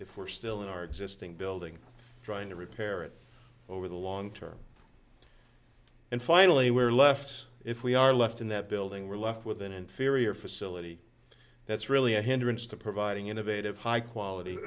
if we're still in our existing building trying to repair it over the long term and finally we're left if we are left in that building we're left with an inferior facility that's really a hindrance to providing innovative high quality